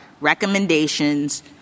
recommendations